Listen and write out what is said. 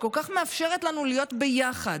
שכל כך מאפשרת לנו להיות ביחד,